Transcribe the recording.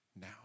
now